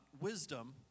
wisdom